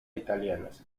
italianos